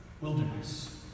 Wilderness